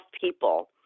people